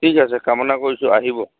ঠিক আছে কামনা কৰিছোঁ আহিব